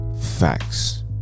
facts